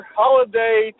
holiday